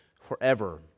forever